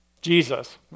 Jesus